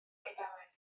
eidaleg